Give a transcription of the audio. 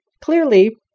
Clearly